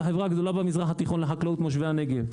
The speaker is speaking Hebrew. החברה הגדולה במזרח התיכון לחקלאות מושבי הנגב.